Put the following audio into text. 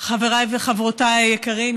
חבריי וחברותיי היקרים,